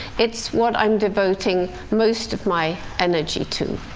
it's what i'm devoting most of my energy to.